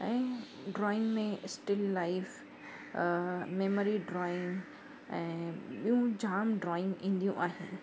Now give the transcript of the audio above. ऐं ड्राइंग में still life अ मेमोरी ड्राइंग ऐं ॿियूं जाम ड्राइंग ईंदियूं आहिनि